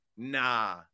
Nah